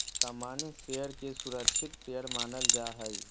सामान्य शेयर के सुरक्षित शेयर मानल जा हय